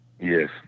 Yes